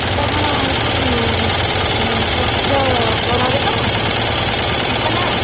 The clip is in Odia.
ଏଇଟା କ'ଣ ହେଉଛି ପ୍ରସିଦ୍ଧ ବରା ଦୋକାନ ଢେଙ୍କାନାଳ